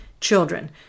children